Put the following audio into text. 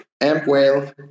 amp-whale